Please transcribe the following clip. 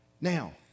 Now